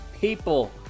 people